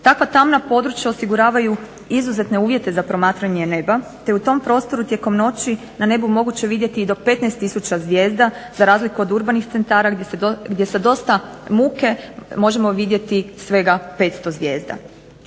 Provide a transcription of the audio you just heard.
Takva tamna područja osiguravaju izuzetne uvjete za promatranje neba te je u tom prostoru tijekom noći na nebu moguće vidjeti i do 15 tisuća zvijezda za razliku od urbanih centara gdje sa dosta muke možemo vidjeti svega 500 zvijezda.